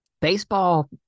baseball